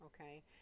okay